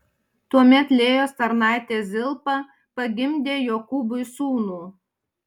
tuomet lėjos tarnaitė zilpa pagimdė jokūbui sūnų